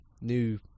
new